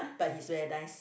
but he's very nice